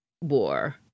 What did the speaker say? war